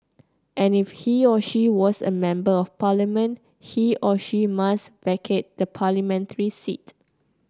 and if he or she was a Member of Parliament he or she must vacate the parliamentary seat